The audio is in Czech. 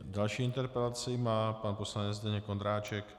Další interpelaci má pan poslanec Zdeněk Ondráček.